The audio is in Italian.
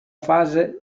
fase